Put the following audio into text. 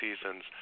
season's